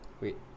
Wait